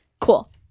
cool